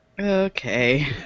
Okay